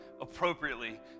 appropriately